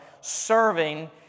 serving